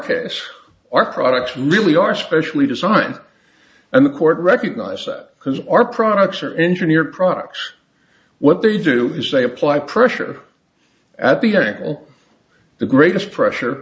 case our products really are specially designed and the court recognizes that because our products are engineered products what they do is they apply pressure at the end of the greatest pressure